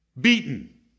beaten